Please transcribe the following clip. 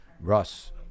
Russ